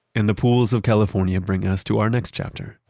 and the pools of california bring us to our next chapter.